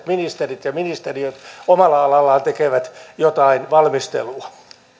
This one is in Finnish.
ministerit ja ministeriöt omalla alallaan tekevät jotain valmistelua